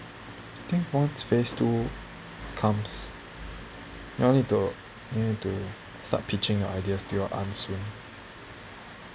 I think once phase two comes you all need to you need to start pitching your ideas to your aunt soon